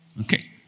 Okay